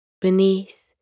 beneath